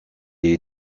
est